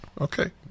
Okay